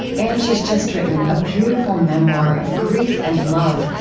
and she's just written a beautiful memoir of grief and love,